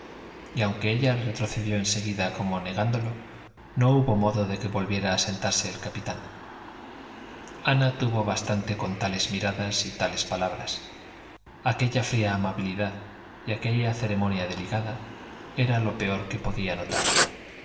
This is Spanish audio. y aunque ella retrocedió en seguida como negándolo no hubo modo de que volviera a sentarse el capitán ana tuvo bastante con tales miradas y tales palabras aquella fría amabilidad y aquella ceremonia delicada era lo peor que podía notar